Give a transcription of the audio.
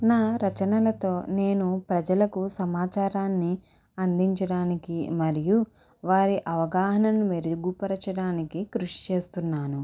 నా రచనలతో నేను ప్రజలకు సమాచారాన్ని అందించడానికి మరియు వారి అవగాహనను మెరుగుపరచడానికి కృషి చేస్తున్నాను